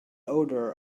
odor